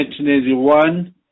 1981